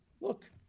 look